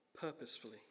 purposefully